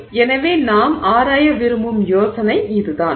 எனவே நாம் ஆராய விரும்பும் யோசனை இதுதான்